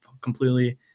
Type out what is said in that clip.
completely